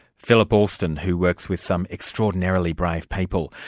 philip alston, who works with some extraordinarily brave people.